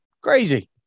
Crazy